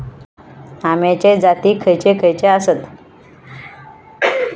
अम्याचे जाती खयचे खयचे आसत?